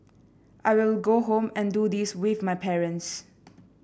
I will go home and do this with my parents